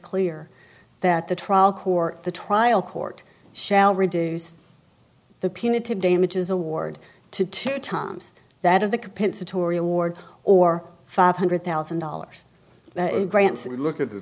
clear that the trial court the trial court shall reduced the punitive damages award to two times that of the compensatory award or five hundred thousand dollars grants if you look at the